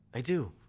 i do.